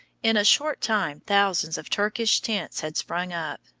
in a short time thousands of turkish tents had sprung up,